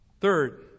Third